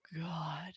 God